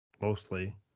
mostly